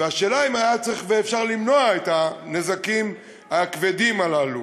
והשאלה היא אם היה צריך ואפשר למנוע את הנזקים הכבדים הללו.